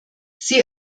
sie